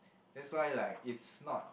that's why like it's not